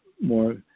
more